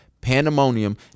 pandemonium